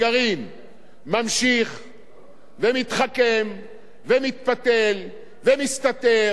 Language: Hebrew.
ומתחכם ומתפתל ומסתתר וצוחק על כל העולם כולו,